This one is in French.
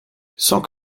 cent